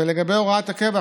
ולגבי הוראת הקבע,